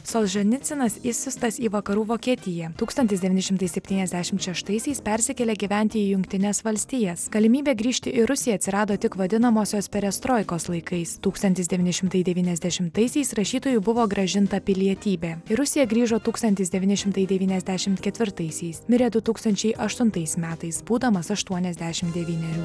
solženicinas išsiųstas į vakarų vokietiją tūkstantis devyni šimtai septyniasdešimt šeštaisiais persikėlė gyventi į jungtines valstijas galimybė grįžti į rusiją atsirado tik vadinamosios perestroikos laikais tūkstantis devyni šimtai devyniasdešimtaisiais rašytojui buvo grąžinta pilietybė į rusiją grįžo tūkstantis devyni šimtai devyniasdešimt ketvirtaisiais mirė du tūkstančiai aštuntais metais būdamas aštuoniasdešimt devynerių